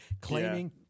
claiming